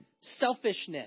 selfishness